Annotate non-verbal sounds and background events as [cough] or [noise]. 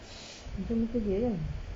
[noise] macam muka dia kan